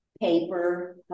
paper